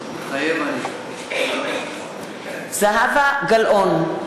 מתחייב אני זהבה גלאון,